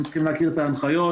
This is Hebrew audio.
הם צריכים להכיר את ההנחיות.